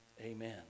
amen